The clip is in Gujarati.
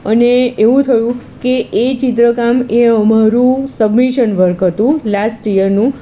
અને એવું થયું કે એ ચિત્રકામ એ અમારું સબમિશન વર્ક હતું લાસ્ટ યરનું